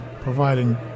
providing